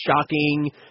shocking